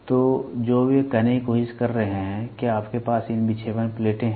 तो जो वे कहने की कोशिश कर रहे हैं क्या आपके पास इन विक्षेपण प्लेटें हैं